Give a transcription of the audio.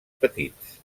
petits